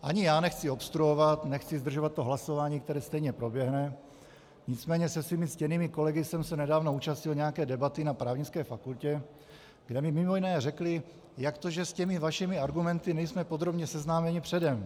Ani já nechci obstruovat, nechci zdržovat to hlasování, které stejně proběhne, nicméně se svými ctěnými kolegy jsem se nedávno účastnil nějaké debaty na právnické fakultě, kde mi mj. řekli, jak to, že s těmi vašimi argumenty nejsme podrobně seznámeni předem.